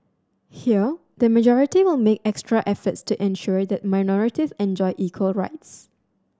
here the majority will make extra efforts to ensure that minorities enjoy equal rights